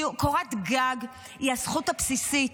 קורת גג היא הזכות הבסיסית.